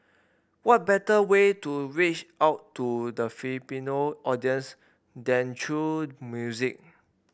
what better way to reach out to the Filipino audience than through music